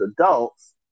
adults